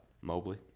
Mobley